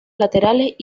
laterales